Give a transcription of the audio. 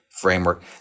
framework